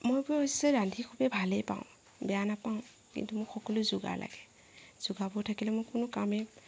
মই অৱশ্যে ৰান্ধি খুবেই ভালেই পাওঁ বেয়া নেপাওঁ কিন্তু মোক সকলো যোগাৰ লাগে যোগাৰবোৰ থাকিলে মই কোনো কামেই